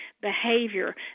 behavior